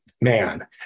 man